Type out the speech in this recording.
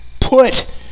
put